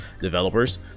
developers